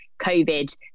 COVID